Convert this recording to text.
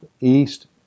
east